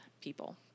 people